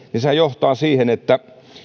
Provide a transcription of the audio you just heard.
niin sehän johtaa siihen että